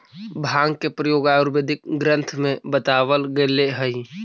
भाँग के प्रयोग आयुर्वेदिक ग्रन्थ में बतावल गेलेऽ हई